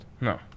No